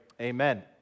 amen